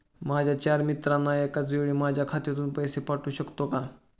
माझ्या चार मित्रांना एकाचवेळी माझ्या खात्यातून पैसे पाठवू शकतो का?